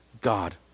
God